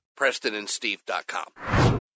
PrestonandSteve.com